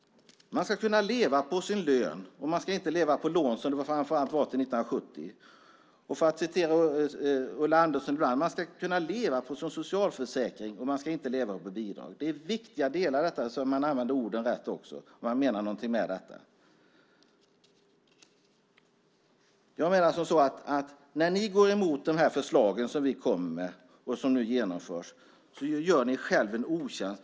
Man ska kunna leva på sin lön, och man ska inte leva på lån, som det framför allt var till 1970. För att citera Ulla Andersson: Man ska kunna leva på sin socialförsäkring, och man ska inte leva på bidrag. Att använda orden rätt är också viktigt. När ni går emot våra förslag som nu genomförs gör ni er själva en otjänst.